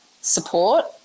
support